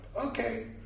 Okay